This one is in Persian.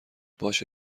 باشه